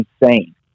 insane